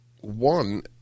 one